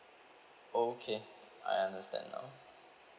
okay I understand now